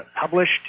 published